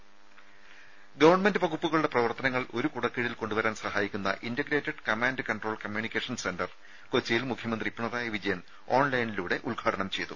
ദേഴ ഗവൺമെന്റ് വകുപ്പുകളുടെ പ്രവർത്തനങ്ങൾ ഒരു കുടക്കീഴിൽ കൊണ്ടുവരാൻ സഹായിക്കുന്ന integrated command control communication centre കൊച്ചിയിൽ മുഖ്യമന്ത്രി പിണറായി വിജയൻ ഓൺലൈനിലൂടെ ഉദ്ഘാടനം ചെയ്തു